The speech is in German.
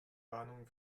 warnungen